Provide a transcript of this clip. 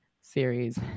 series